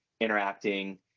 interacting